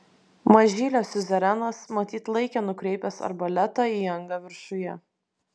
mažylio siuzerenas matyt laikė nukreipęs arbaletą į angą viršuje